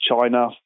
China